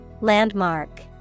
Landmark